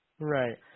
Right